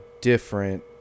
different